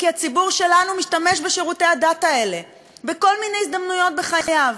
כי הציבור שלנו משתמש בשירותי הדת האלה בכל מיני הזדמנויות בחייו.